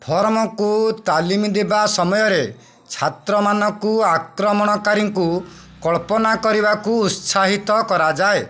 ଫର୍ମକୁ ତାଲିମ ଦେବା ସମୟରେ ଛାତ୍ରମାନଙ୍କୁ ଆକ୍ରମଣକାରୀଙ୍କୁ କଳ୍ପନା କରିବାକୁ ଉତ୍ସାହିତ କରାଯାଏ